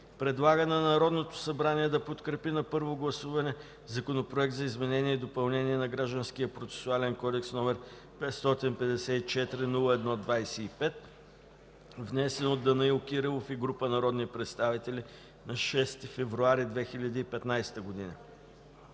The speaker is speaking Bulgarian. предлага на Народното събрание да подкрепи на първо гласуване Законопроект за изменение и допълнение на Гражданския процесуален кодекс, № 554-01-25, внесен от Данаил Димитров Кирилов и група народни представители на 06 февруари 2015 г.;